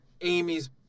Amy's